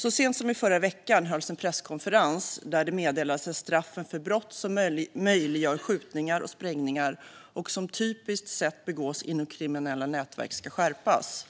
Så sent som i förra veckan hölls en presskonferens där det meddelades att straffen för brott som möjliggör skjutningar och sprängningar och som typiskt sett begås inom kriminella nätverk ska skärpas.